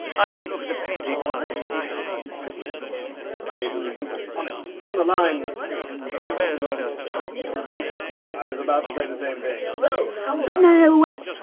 i did look at a painting once, but i found it pretty exhausting. what you need is a simple, honest, down the line funeral. ah you may as well just chuck me into a hole in the ground. i was about say the same thing so, how about but no no wait!